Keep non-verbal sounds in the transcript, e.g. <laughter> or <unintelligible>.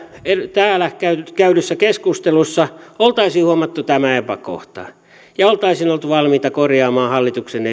täällä käydyssä käydyssä keskustelussa oltaisiin huomattu tämä epäkohta ja oltaisiin oltu valmiita korjaaman hallituksen <unintelligible>